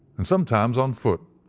and sometimes on foot,